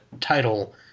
title